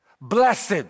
Blessed